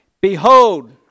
Behold